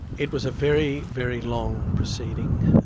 it was a very, very long proceeding,